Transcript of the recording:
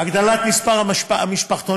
הגדלת מספר המשפחתונים,